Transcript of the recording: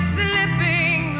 slipping